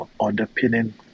underpinning